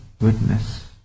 witness